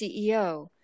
CEO